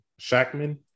Shackman